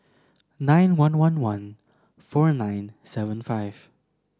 nine one one one four nine seven five